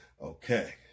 Okay